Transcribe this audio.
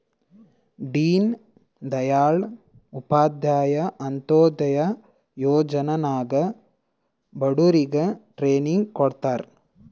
ದೀನ್ ದಯಾಳ್ ಉಪಾಧ್ಯಾಯ ಅಂತ್ಯೋದಯ ಯೋಜನಾ ನಾಗ್ ಬಡುರಿಗ್ ಟ್ರೈನಿಂಗ್ ಕೊಡ್ತಾರ್